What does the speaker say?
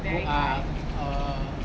very ah or